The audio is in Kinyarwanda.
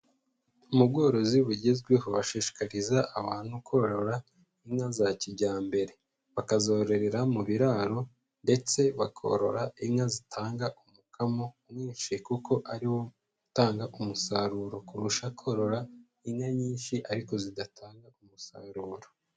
Mu bworozi bugezweho, bashishikariza abantu korora inka za kijyambere, bakazororera mu biraro, ndetse bakorora inka zitanga umukamo mwinshi, kuko ari wo utanga umusaruro kurusha korora inka nyinshi, ariko zidatanga umusaruro.